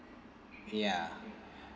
ya